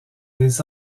des